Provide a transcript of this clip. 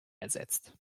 ersetzt